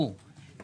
אומרים לו: אתה עני,